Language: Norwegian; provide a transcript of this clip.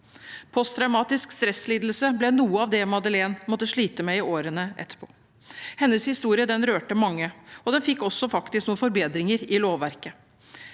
Posttraumatisk stresslidelse ble noe av det Madeleine måtte slite med i årene etterpå. Hennes historie rørte mange, og den førte faktisk også til noen forbedringer i lovverket.